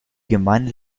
gemeinde